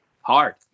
hard